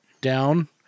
down